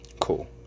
Cool